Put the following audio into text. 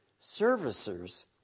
servicers